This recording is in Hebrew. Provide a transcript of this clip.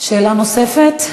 שאלה נוספת?